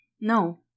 No